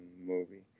movie